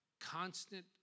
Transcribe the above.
constant